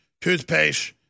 Toothpaste